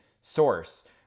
source